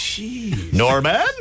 Norman